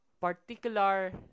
particular